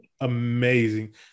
amazing